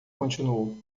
continuou